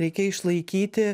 reikia išlaikyti